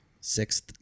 sixth